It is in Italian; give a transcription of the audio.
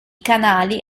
canali